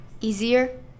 easier